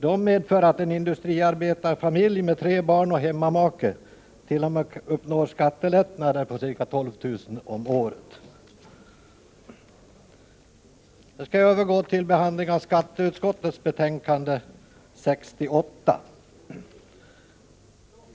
De medför att en industriarbetarfamilj med tre barn och hemmamake t.o.m. uppnår skattelättnader på ca 12 000 kr. om året. Jag skall övergå till behandlingen av skatteutskottets betänkande 68.